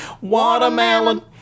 Watermelon